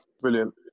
Brilliant